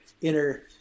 inner